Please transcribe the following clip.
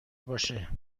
باشه